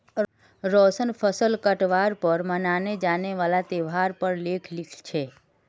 रोशन फसल काटवार पर मनाने वाला त्योहार पर लेख लिखे छे